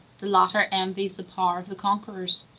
the latter envies the power of the conquerors.